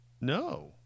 No